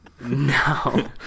No